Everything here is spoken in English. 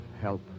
help